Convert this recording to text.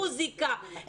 מוזיקה,